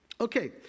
Okay